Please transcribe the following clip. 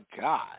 God